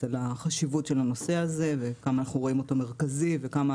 על החשיבות של הנושא הזה וכמה אנחנו רואים אותו מרכזי וכמה